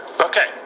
Okay